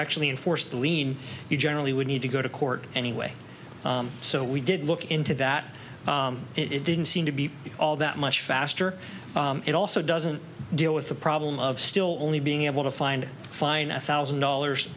actually enforce the lein you generally would need to go to court anyway so we did look into that it didn't seem to be all that much faster it also doesn't deal with the problem of still only being able to find find a thousand dollars